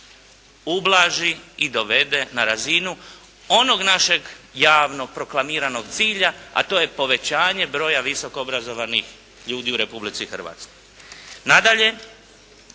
ublaži i dovede na razinu onog našeg javnog proklamiranog cilja a to je povećanje broja visoko obrazovanih ljudi u Republici Hrvatskoj. Nadalje,